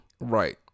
right